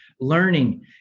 learning